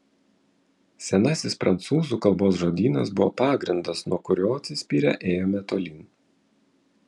senasis prancūzų kalbos žodynas buvo pagrindas nuo kurio atsispyrę ėjome tolyn